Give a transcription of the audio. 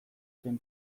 den